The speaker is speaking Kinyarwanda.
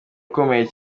ukomeye